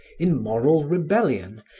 in moral rebellion,